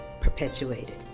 perpetuated